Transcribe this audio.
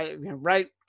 Right